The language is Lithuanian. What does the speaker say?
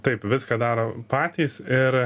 taip viską daro patys ir